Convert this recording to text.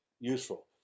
useful